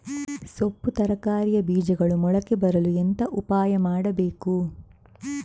ಸೊಪ್ಪು ತರಕಾರಿಯ ಬೀಜಗಳು ಮೊಳಕೆ ಬರಲು ಎಂತ ಉಪಾಯ ಮಾಡಬೇಕು?